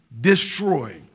destroy